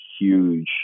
huge